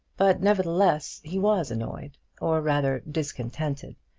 but, nevertheless, he was annoyed, or rather discontented,